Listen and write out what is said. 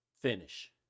finish